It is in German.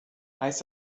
heißt